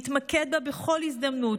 להתמקד בה בכל הזדמנות,